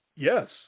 Yes